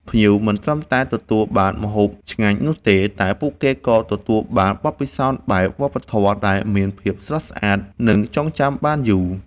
ភ្ញៀវមិនត្រឹមតែទទួលបានម្ហូបឆ្ងាញ់នោះទេ តែពួកគេក៏ទទួលបានបទពិសោធន៍បែបវប្បធម៌ដែលមានភាពស្រស់ស្អាត និងចងចាំបានយូរ។